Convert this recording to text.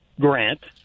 grant